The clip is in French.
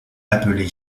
appelé